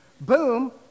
Boom